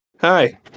Hi